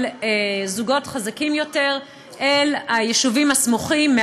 זוגות חזקים יותר מהעיר אל היישובים הסמוכים.